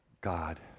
God